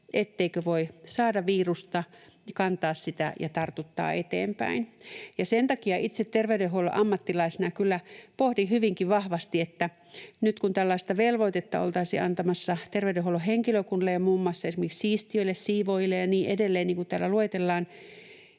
etteikö voi saada virusta, kantaa sitä ja tartuttaa eteenpäin. Sen takia itse terveydenhuollon ammattilaisena kyllä pohdin hyvinkin vahvasti, että nyt kun tällaista velvoitetta oltaisiin antamassa terveydenhuollon henkilökunnalle ja muun muassa esimerkiksi siistijöille, siivoojille ja niin edelleen, niin kuin täällä luetellaan,